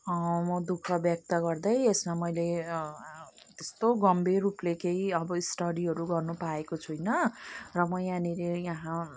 म दुःख व्यक्त गर्दै यसमा मैले यस्तो गम्भीर रूपले केही अब स्टडीहरू गर्नु पाएको छुइँन र म यहाँनेरि यहाँ